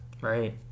Right